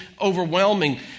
overwhelming